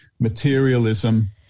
materialism